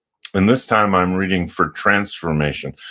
and this time, i'm reading for transformation.